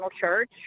church